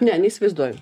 ne neįsivaizduoju